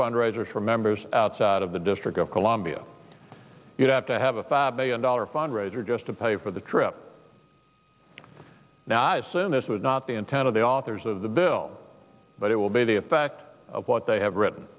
fundraisers for members outside of the district of columbia you have to have a fab a a dollar fundraiser just to pay for the trip now i assume this is not the intent of the authors of the bill but it will be the effect of what they have written